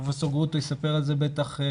פרופ' גרוטו יספר על זה בטח,